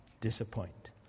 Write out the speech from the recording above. disappoint